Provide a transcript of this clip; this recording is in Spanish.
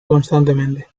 constantemente